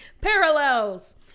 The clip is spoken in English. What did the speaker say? Parallels